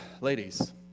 ladies